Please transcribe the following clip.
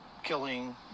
Killing